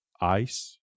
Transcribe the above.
ice